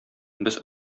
без